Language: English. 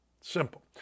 Simple